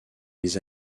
les